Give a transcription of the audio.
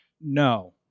No